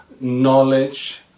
knowledge